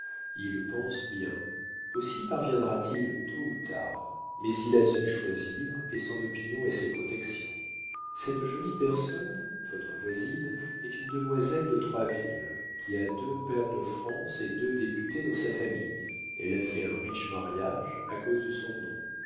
il pense bien aussi parviendra t il tôt ou tard mais il a su choisir et son opinion et ses protections cette jolie personne votre voisine est une demoiselle de troisville qui a deux pairs de france et deux députés dans sa famille elle a fait un riche mariage à cause de son nom